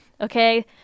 Okay